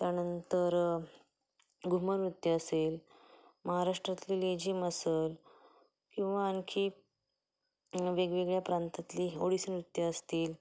त्यानंतर घुमर नृत्य असेल महाराष्ट्रातली लेझिम असेल किंवा आणखी वेगवेगळ्या प्रांतातली ओडीसी नृत्यं असतील